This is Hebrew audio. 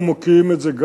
וגם מוקיעים את זה,